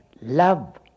love